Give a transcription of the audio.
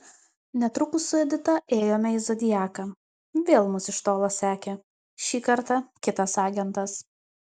netrukus su edita ėjome į zodiaką vėl mus iš tolo sekė šį kartą kitas agentas